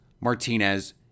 Martinez